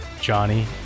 Johnny